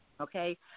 okay